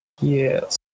Yes